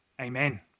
Amen